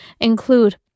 include